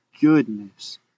goodness